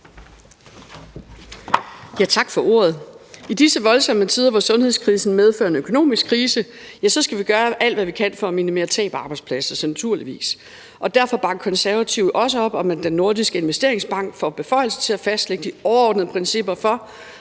Tak for ordet. I disse voldsomme tider, hvor sundhedskrisen medfører en økonomisk krise, så skal vi gøre alt, hvad vi kan, for at minimere tab af arbejdspladser, naturligvis. Derfor bakker Konservative også op om, at Den Nordiske Investeringsbank får beføjelser til at fastlægge de overordnede principper for,